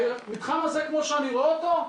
המתחם הזה כמו שאני רואה אותו,